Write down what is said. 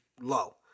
low